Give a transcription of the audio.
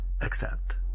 accept